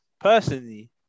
Personally